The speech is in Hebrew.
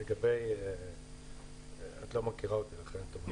את לא מכירה אותי, לכן את אומרת.